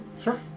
sure